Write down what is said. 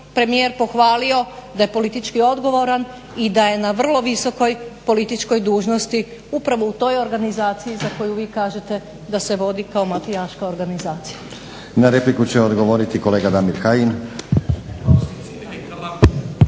premijer pohvalio da je politički odgovoran i da je na vrlo visokoj političkoj dužnosti upravo u toj organizaciji za koju vi kažete da se vodi kao mafijaška organizacija. **Stazić, Nenad (SDP)** Na repliku će odgovoriti kolega Damir Kajin.